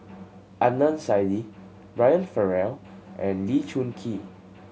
Adnan Saidi Brian Farrell and Lee Choon Kee